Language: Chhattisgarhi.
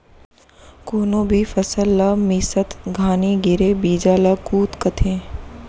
कोनो भी फसल ला मिसत घानी गिरे बीजा ल कुत कथें